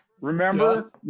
Remember